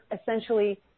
essentially